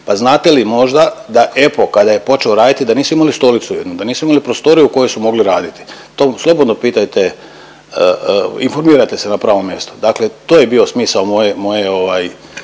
pa znate li možda da EPPO kada je počeo raditi da nisu imali stolicu jednu, da nisu imali prostoriju u kojoj su mogli raditi. To slobodno pitajte informirajte se na pravom mjestu, dakle to je bio smisao moje